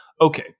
Okay